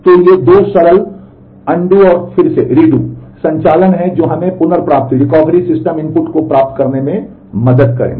तो ये दो सरल पूर्ववत और फिर से संचालन हैं जो हमें पुनर्प्राप्ति सिस्टम इनपुट को प्राप्त करने में मदद करेंगे